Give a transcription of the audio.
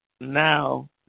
now